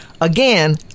Again